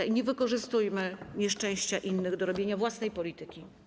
I nie wykorzystujmy nieszczęścia innych do robienia własnej polityki.